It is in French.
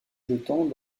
jetant